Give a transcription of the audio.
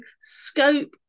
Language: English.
scope